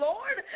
Lord